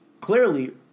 clearly